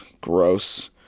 gross